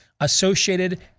associated